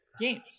games